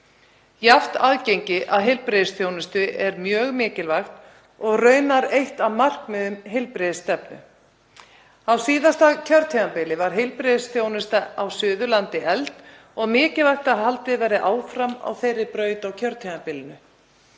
Jafnt aðgengi að heilbrigðisþjónustu er mjög mikilvægt og raunar eitt af markmiðum heilbrigðisstefnu. Á síðasta kjörtímabili var heilbrigðisþjónusta á Suðurlandi efld og mikilvægt að haldið verði áfram á þeirri braut á kjörtímabilinu.